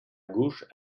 gauche